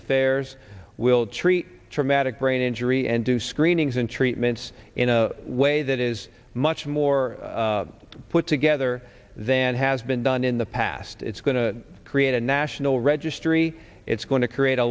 affairs will treat traumatic brain injury and do screenings and treatments in a way that is much more put together than has been done in the past it's going to create a national registry it's going to create a